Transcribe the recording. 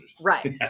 Right